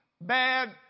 bad